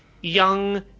young